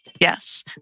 Yes